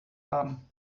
haben